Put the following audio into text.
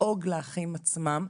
לדאוג לאחים עצמם,